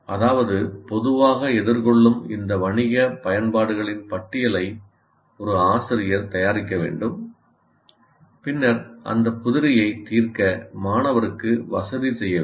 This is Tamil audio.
அதாவது பொதுவாக எதிர்கொள்ளும் இந்த வணிக பயன்பாடுகளின் பட்டியலை ஒரு ஆசிரியர் தயாரிக்க வேண்டும் பின்னர் அந்த புதிரியை தீர்க்க மாணவருக்கு வசதி செய்ய வேண்டும்